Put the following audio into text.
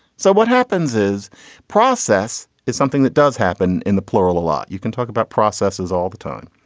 so what happens is process is something that does happen in the plural a lot. you can talk about processes all the time.